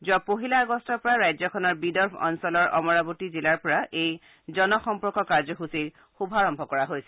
যোৱা পহিলা আগষ্টৰপৰা ৰাজ্যখনৰ বিদৰ্ভ অঞ্চলৰ অমৰাৱতী জিলাৰ পৰা এই জনসম্পৰ্ক কাৰ্যসূচীৰ শুভাৰম্ভ কৰা হৈছিল